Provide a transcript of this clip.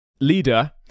leader